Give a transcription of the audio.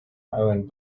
owen